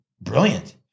brilliant